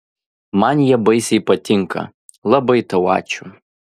man jie baisiai patinka labai tau ačiū